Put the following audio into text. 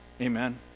Amen